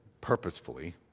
purposefully